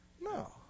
No